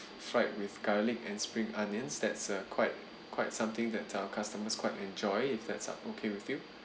fried with garlic and spring onions that's a quite quite something that our customers quite enjoy is that are okay with you